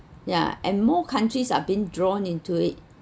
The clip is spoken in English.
yeah and more countries are being drawn into it